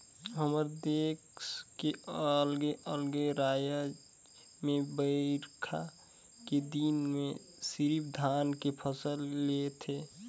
हमर देस के अलगे अलगे रायज में बईरखा के दिन में सिरिफ धान के फसल ले थें